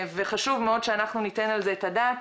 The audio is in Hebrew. וחשוב מאוד שניתן על זה את הדעת